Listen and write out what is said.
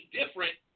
different